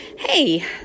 Hey